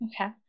Okay